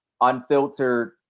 unfiltered